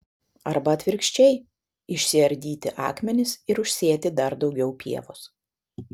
arba atvirkščiai išsiardyti akmenis ir užsėti dar daugiau pievos